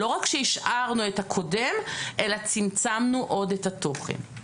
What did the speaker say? לא רק שהשארנו את הקודם, אלא צמצמנו עוד את התוכן.